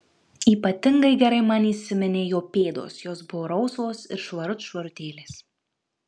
ypatingai gerai man įsiminė jo pėdos jos buvo rausvos ir švarut švarutėlės